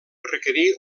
requerir